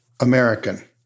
American